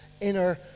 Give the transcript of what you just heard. inner